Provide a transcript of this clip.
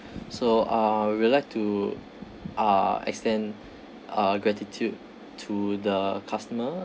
so uh we would like to uh extend our gratitude to the customer